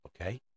okay